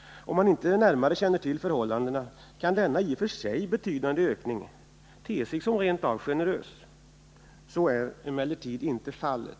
Om man inte närmare känner till förhållandena kan denna i och för sig betydande ökning te sig som rent av generös. Så är emellertid inte fallet.